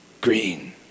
green